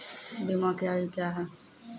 बीमा के आयु क्या हैं?